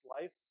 life